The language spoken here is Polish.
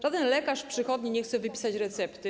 Żaden lekarz w przychodni nie chce wypisać recepty.